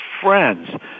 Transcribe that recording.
friends